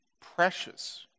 precious